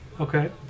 Okay